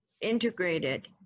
integrated